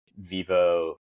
vivo